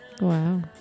wow